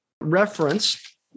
reference